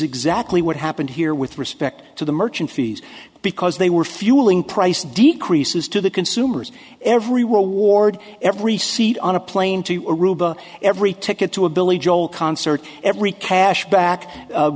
exactly what happened here with respect to the merchant fees because they were fueling price decreases to the consumers everywhere ward every seat on a plane to aruba every ticket to a billy joel concert every cash